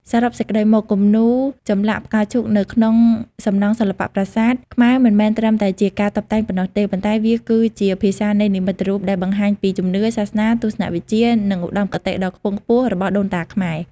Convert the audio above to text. សរុបសេចក្តីមក គំនូរចម្លាក់ផ្កាឈូកនៅក្នុងសំណង់សិល្បៈប្រាសាទខ្មែរមិនមែនត្រឹមតែជាការតុបតែងប៉ុណ្ណោះទេ ប៉ុន្តែវាគឺជា ភាសានៃនិមិត្តរូបដែលបង្ហាញពីជំនឿ សាសនា ទស្សនវិជ្ជា និងឧត្តមគតិដ៏ខ្ពង់ខ្ពស់របស់ដូនតាខ្មែរ។